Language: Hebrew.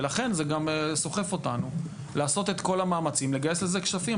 ולכן זה גם סוחף אותנו לעשות את כל המאמצים לגייס לזה כספים.